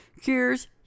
Cures